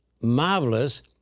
marvelous